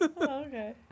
Okay